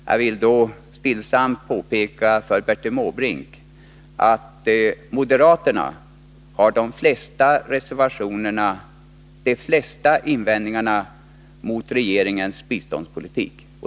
Jag vill stillsamt påpeka för Bertil Måbrink att moderaterna har de flesta reservationerna och de flesta invändningarna mot regeringens biståndspolitik.